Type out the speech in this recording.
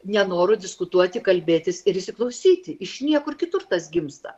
nenoro diskutuoti kalbėtis ir įsiklausyti iš niekur kitur tas gimsta